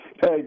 Hey